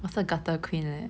我是 gutter queen leh